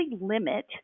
limit